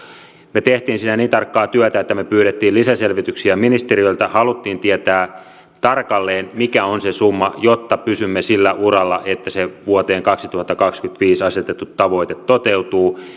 me teimme siinä niin tarkkaa työtä että me pyysimme lisäselvityksiä ministeriöltä haluttiin tietää tarkalleen mikä on se summa jotta pysymme sillä uralla että se vuoteen kaksituhattakaksikymmentäviisi asetettu tavoite toteutuu